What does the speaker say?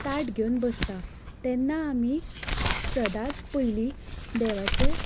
ताट घेवन बसता तेन्ना आमी सदांच पयलीं देवाचें